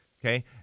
Okay